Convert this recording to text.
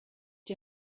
die